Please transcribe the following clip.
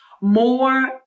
more